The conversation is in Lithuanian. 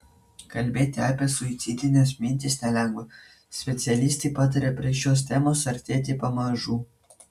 kalbėti apie suicidines mintis nelengva specialistai pataria prie šios temos artėti pamažu